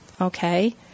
Okay